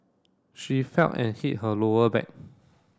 she fell and hit her lower back